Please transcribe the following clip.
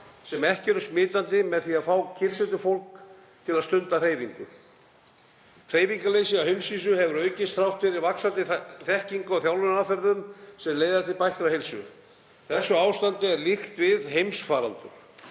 sem ekki eru smitandi, með því að fá kyrrsetufólk til að stunda hreyfingu. Hreyfingarleysi á heimsvísu hefur aukist þrátt fyrir vaxandi þekkingu á þjálfunaraðferðum sem leiða til bættrar heilsu. Þessu ástandi er líkt við heimsfaraldur